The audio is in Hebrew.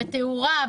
בתאורה,